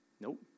Nope